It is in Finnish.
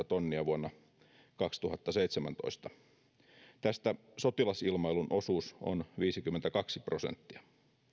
tonnia vuonna kaksituhattaseitsemäntoista tästä sotilasilmailun osuus on viisikymmentäkaksi prosenttia